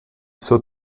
zur